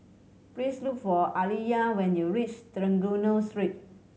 please look for Aaliyah when you reach Trengganu Street